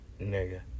nigga